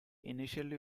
initially